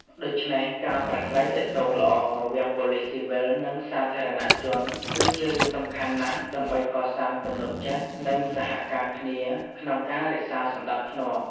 ដូច្នេះ ការប្រាស្រ័យទាក់ទងល្អរវាងប៉ូលិសស៊ីវិលនិងសាធារណជនគឺជារឿងសំខាន់ណាស់ដើម្បីកសាងទំនុកចិត្ត និងសហការគ្នាក្នុងការរក្សាសណ្ដាប់ធ្នាប់។